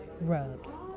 rubs